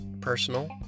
personal